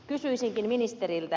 kysyisinkin ministeriltä